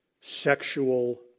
sexual